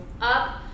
up